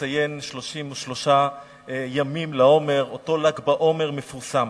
נציין 33 ימים לעומר, אותו ל"ג בעומר המפורסם.